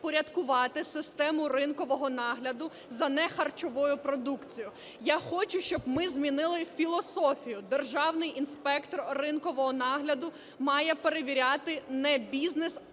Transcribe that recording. впорядкувати системи ринкового нагляду за нехарчовою продукцією. Я хочу, щоб ми змінили філософію. Державний інспектор ринкового нагляду має перевіряти не бізнес,